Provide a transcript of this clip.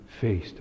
face